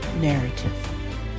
narrative